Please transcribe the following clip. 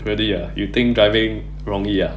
really ah you think driving 容易 ah